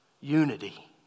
Unity